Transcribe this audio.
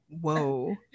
Whoa